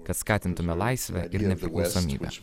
kad skatintume laisvę ir nepriklausomybę